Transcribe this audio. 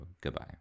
Goodbye